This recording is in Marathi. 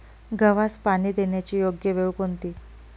गव्हास पाणी देण्याची योग्य वेळ कोणती?